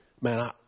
Man